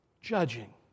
judging